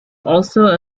also